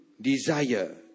desire